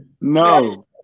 No